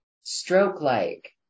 stroke-like